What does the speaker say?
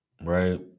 right